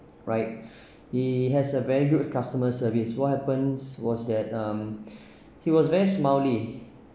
right he has a very good customer service what happens was that um he was very smiley